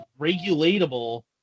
regulatable